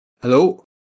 Hello